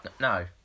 No